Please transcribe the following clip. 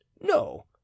no